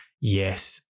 yes